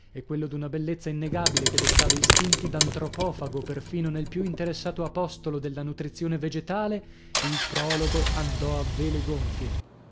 e quello d'una bellezza innegabile che destava istinti d'antropofago perfino nel più interessato apostolo della nutrizione vegetale il prologo andò a vele gonfie